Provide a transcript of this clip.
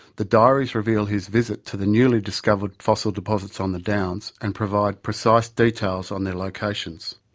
the diaries reveal his visit to the newly discovered fossil deposits on the downs and provide precise details on their locations.